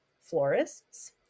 florists